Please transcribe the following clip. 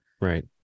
right